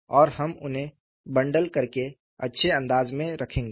और हम उन्हें बंडल करके एक अच्छे अंदाज में रखेंगे